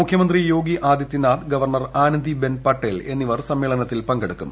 മുഖ്യമന്ത്രി യോഗി ആദിത്യനാഥ് ഗവർണർ ആനന്ദി ബെൻ പട്ടേൽ എന്നിവർ സമ്മേളനത്തിൽ പങ്കെടുക്കും